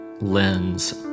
lens